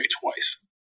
twice